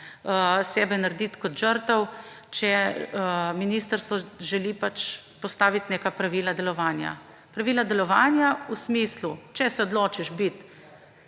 sebe narediti kot žrtev, če ministrstvo želi postaviti neka pravila delovanja. Pravila delovanja v smislu, če se odločiš biti